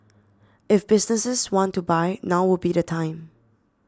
if businesses want to buy now would be the time